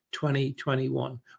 2021